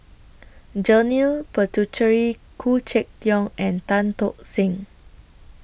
Janil Puthucheary Khoo Check Tiong and Tan Tock Seng